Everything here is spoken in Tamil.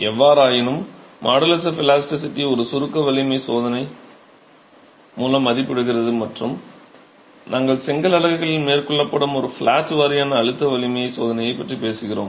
எவ்வாறாயினும் மாடுலஸ் ஆஃப் இலாஸ்டிசிட்டி ஒரு சுருக்க வலிமை சோதனை மூலம் மதிப்பிடப்படுகிறது மற்றும் நாங்கள் செங்கல் அலகுகளில் மேற்கொள்ளப்படும் ஒரு ஃப்ளாட் வாரியான அழுத்த வலிமை சோதனையைப் பற்றி பேசுகிறோம்